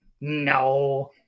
No